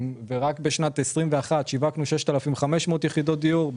רק בשנת 2021 שיווקנו 6,500 יחידות דיור,